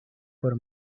por